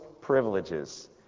privileges